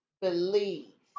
believe